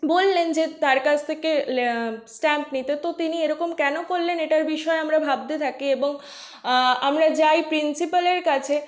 বললেন যে তার কাছ থেকে স্ট্যাম্প নিতে তো তিনি এরকম কেন করলেন এটার বিষয়ে আমরা ভাবতে থাকি এবং আমরা যাই প্রিন্সিপালের কাছে